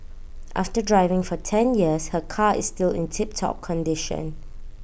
after driving for ten years her car is still in tip top condition